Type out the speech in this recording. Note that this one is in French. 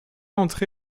entré